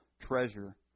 treasure